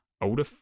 older